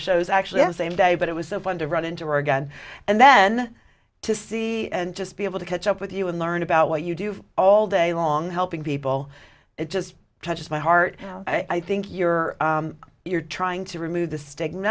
shows actually and same day but it was so fun to run into her again and then to see and just be able to catch up with you and learn about what you do all day long helping people it just touched my heart i think you're you're trying to remove the stigma